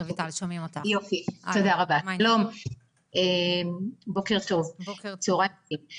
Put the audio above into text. יופי, תודה רבה ובוקר צוהריים טובים.